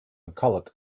mccullough